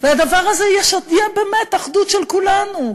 והדבר הזה יהיה באמת אחדות של כולנו.